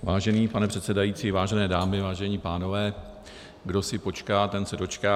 Vážený pane předsedající, vážené dámy, vážení pánové, kdo si počká, ten se dočká.